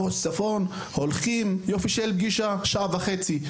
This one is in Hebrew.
מחוז צפון הולכים יופי של גישה שעה וחצי,